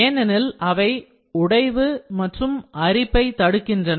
ஏனெனில் அவை உடைவு மற்றும் அரிப்பை தடுக்கின்றன